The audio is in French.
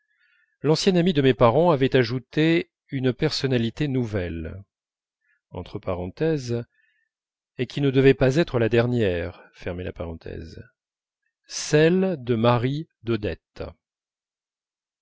l'ancien ami de mes parents avait ajouté une personnalité nouvelle et qui ne devait pas être la dernière celle de mari d'odette